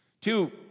Two